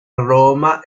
roma